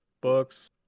books